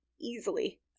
easily